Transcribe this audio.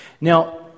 now